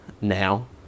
now